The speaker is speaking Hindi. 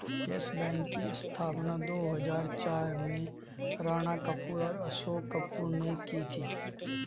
यस बैंक की स्थापना दो हजार चार में राणा कपूर और अशोक कपूर ने की थी